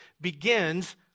begins